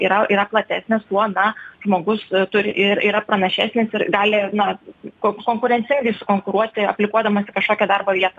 yra yra platesnės tuo na žmogus turi ir yra pranašesnis ir gali na ko konkurencingai sukonkuruoti aplikuodamas į kažkokį darbo vietą